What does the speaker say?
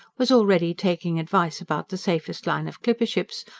was already taking advice about the safest line of clipper-ships,